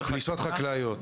על פלישות חקלאיות.